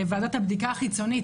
ועדת הבדיקה החיצונית,